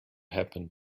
happened